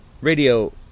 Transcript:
radio